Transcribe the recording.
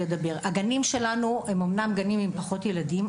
הגנים שלנו הם אמנם גנים עם פחות ילדים,